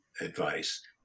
advice